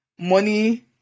money